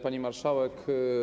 Pani Marszałek!